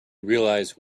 realize